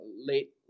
late